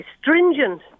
stringent